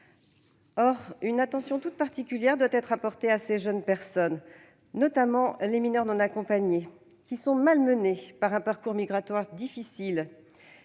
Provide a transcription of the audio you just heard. Or une attention toute particulière doit être apportée à ces jeunes personnes, notamment les mineurs non accompagnés, qui sont malmenés par un parcours migratoire difficile